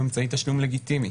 הוא אמצעי תשלום לגיטימי.